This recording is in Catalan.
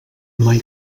mai